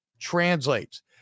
translates